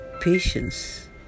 patience